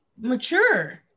mature